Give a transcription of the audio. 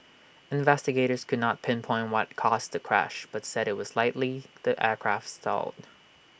investigators could not pinpoint what caused the crash but said IT was likely that aircraft stalled